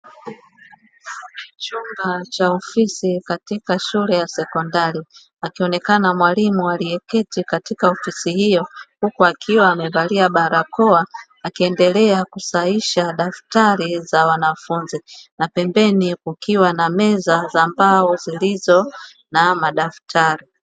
Chumba cha ofisi katika shule ya sekondari, akionekana mwalimu aliyeketi katika ofisi hiyo huku akiwa amevalia barakoa, akiendelea kusahisha daftari za wanafunzi na pembeni kukiwa na meza za mbao zilizo na madaftari.